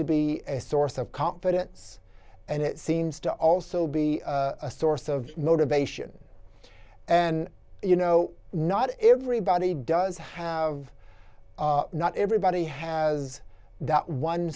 to be a source of confidence and it seems to also be a source of motivation and you know not everybody does have not everybody has that one